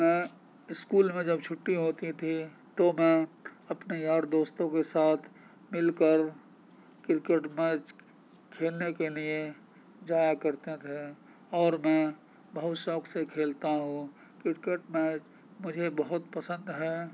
میں اسکول میں جب چھٹّی ہوتی تھی تو میں اپنے یار دوستوں کے ساتھ مل کر کرکٹ میچ کھیلنے کے لیے جایا کرتے تھے اور میں بہت شوق سے کھیلتا ہوں کرکٹ میچ مجھے بہت پسند ہے